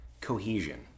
cohesion